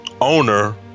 owner